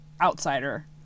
outsider